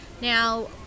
now